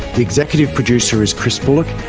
the executive producer is chris bullock,